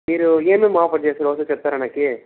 మీరు ఏమేమి ఆఫర్ చేస్తారు ఒకసారి చెప్తారా నాకు